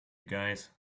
guys